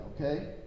Okay